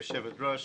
היושבת ראש,